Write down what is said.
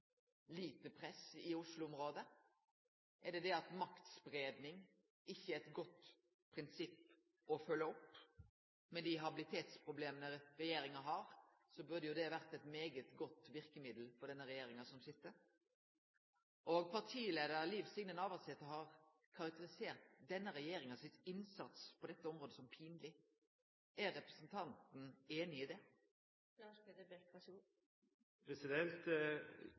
lite press i Oslo-området? Er det dette at maktspreiing ikkje er eit godt prinsipp å følgje opp? Med dei habilitetsproblema regjeringa har, burde dette ha vore eit svært godt verkemiddel for den regjeringa som sit. Partileiar Liv Signe Navarsete har karakterisert denne regjeringas innsats på dette området som pinleg. Er representanten einig i